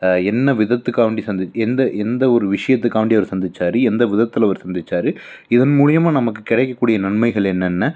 என்ன விதத்துக்காவண்டி சந்தி எந்த எந்த ஒரு விஷயத்துக்காவண்டி அவரு சந்திச்சார் எந்த விதத்தில் அவரு சந்திச்சாரு இதன் மூலிமா நமக்கு கிடைக்கக்கூடிய நன்மைகள் என்னென்ன